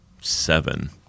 seven